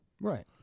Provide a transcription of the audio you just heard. Right